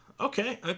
Okay